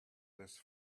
this